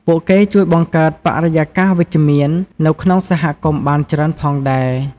ពួកគេជួយបង្កើតបរិយាកាសវិជ្ជមាន នៅក្នុងសហគមន៍បានច្រើនផងដែរ។